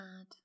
add